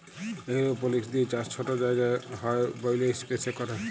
এরওপলিক্স দিঁয়ে চাষ ছট জায়গায় হ্যয় ব্যইলে ইস্পেসে ক্যরে